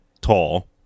tall